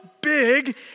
big